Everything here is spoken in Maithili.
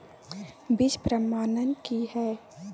बीज प्रमाणन की हैय?